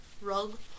rug